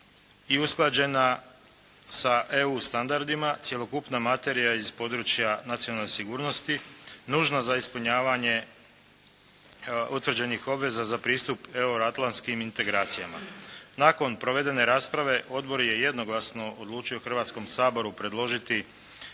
i usklađena sa EU standardima cjelokupna materija iz područja nacionalne sigurnosti, nužno za ispunjavanje utvrđenih obveza za pristup euroatlantskim integracijama. Nakon provedene rasprave odbor je jednoglasno odlučio Hrvatskom saboru predložiti